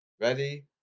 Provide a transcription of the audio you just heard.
Ready